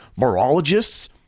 virologists